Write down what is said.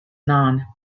non